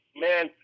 man